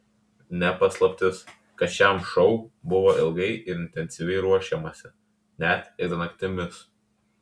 ne paslaptis kad šiam šou buvo ilgai ir intensyviai ruošiamasi net ir naktimis